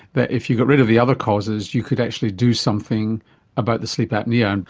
but if you got rid of the other causes you could actually do something about the sleep apnoea. and